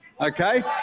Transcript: okay